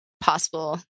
possible